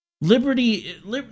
Liberty